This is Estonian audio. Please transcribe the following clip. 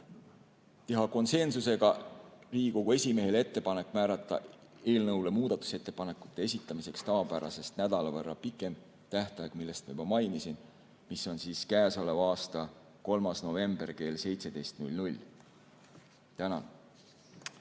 konsensusega teha Riigikogu esimehele ettepaneku määrata eelnõu muudatusettepanekute esitamiseks tavapärasest nädala võrra pikem tähtaeg, mida ma juba mainisin, mis on käesoleva aasta 3. november kell 17. Tänan!